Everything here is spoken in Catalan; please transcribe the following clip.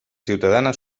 ciutadana